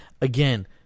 again